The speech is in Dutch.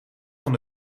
van